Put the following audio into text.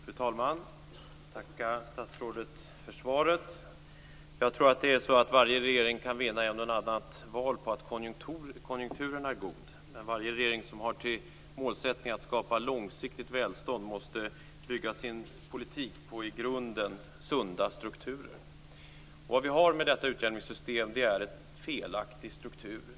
Fru talman! Jag tackar statsrådet för svaret. Jag tror att det är så att varje regering kan vinna ett och annat val på att konjunkturen är god. Men varje regering som har till målsättning att skapa ett långsiktigt välstånd måste bygga sin politik på i grunden sunda strukturer. Vi har med detta utjämningssystem en felaktig struktur.